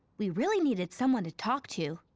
we really needed someone to talk to.